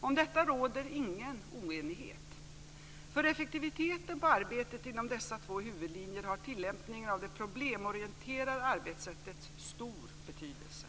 Om detta råder ingen oenighet. För effektiviteten i arbetet inom dessa två huvudlinjer har tillämpningen av det problemorienterade arbetssättet stor betydelse.